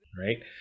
right